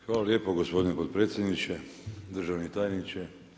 Hvala lijepo gospodine potpredsjedniče, državni tajniče.